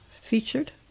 featured